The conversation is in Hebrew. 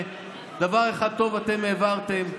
דבר אחד טוב אתם העברתם: